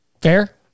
Fair